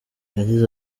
yagize